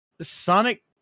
Sonic